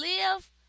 Live